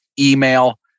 email